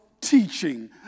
teaching